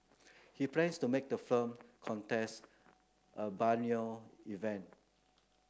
he plans to make the film contest a biennial event